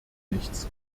nichts